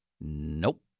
Nope